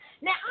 Now